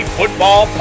Football